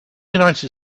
united